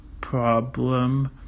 problem